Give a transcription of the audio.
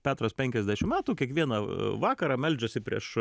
petras penkiasdešim metų kiekvieną vakarą meldžiasi prieš